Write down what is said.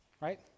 Right